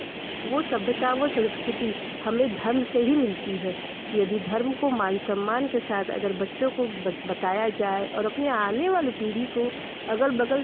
वह सभ्यता वह संस्कृति हमें धर्म से ही मिलती है यदि धर्म को मान सम्मान के साथ अगर बच्चों को बीएस बताया जाए और अपने आने वाली पीढ़ी को अगल बगल